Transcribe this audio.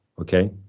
Okay